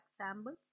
example